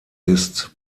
ist